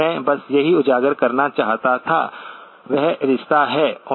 मैं बस यही उजागर करना चाहता था वह रिश्ता है Tsω